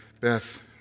Beth